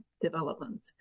development